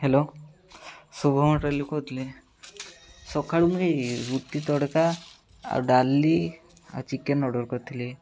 hello Shubham ହୋଟେଲ୍ରୁ କହୁଥିଲେ ସଖାଳୁ ମୁଁ ଏଇ ରୁଟି ତଡ଼କା ଆଉ ଡାଲି ଆଉ ଚିକେନ୍ ଅର୍ଡ଼ର କରିଥିଲି